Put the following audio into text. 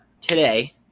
today